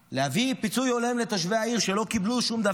להביא פיצוי הולם לתושבי העיר שלא קיבלו שום דבר.